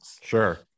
Sure